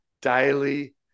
daily